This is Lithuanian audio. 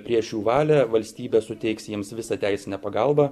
prieš jų valią valstybė suteiks jiems visą teisinę pagalbą